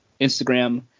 Instagram